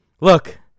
Look